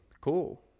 cool